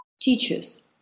teachers